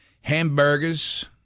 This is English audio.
hamburgers